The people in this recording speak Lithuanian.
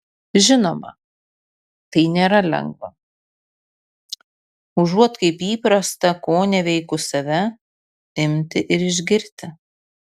žinoma tai nėra lengva užuot kaip įprasta koneveikus save imti ir išgirti